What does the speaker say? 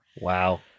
Wow